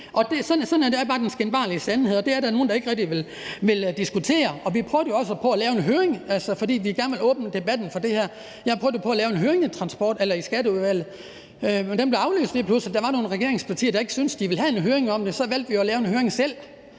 Sådan er den skinbarlige sandhed bare, og det er der nogle der ikke rigtig vil diskutere. Vi prøvede jo også på at lave en høring, fordi vi gerne ville åbne debatten om det her. Jeg prøvede på at lave en høring i Skatteudvalget, men den blev lige pludselig aflyst. Der var nogle regeringspartier, der ikke syntes, de ville have en høring om det, og så valgte vi jo selv at lave en høring,